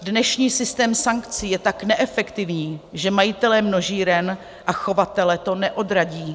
Dnešní systém sankcí je tak neefektivní, že majitele množíren a chovatele to neodradí.